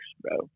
bro